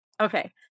Okay